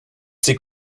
sie